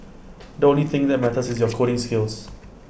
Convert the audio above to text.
the only thing that matters is your coding skills